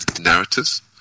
narratives